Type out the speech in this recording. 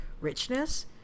richness